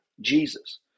Jesus